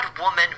woman